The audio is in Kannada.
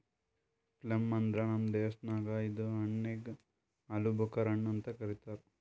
ಪ್ಲಮ್ ಅಂದುರ್ ನಮ್ ದೇಶದಾಗ್ ಇದು ಹಣ್ಣಿಗ್ ಆಲೂಬುಕರಾ ಹಣ್ಣು ಅಂತ್ ಕರಿತಾರ್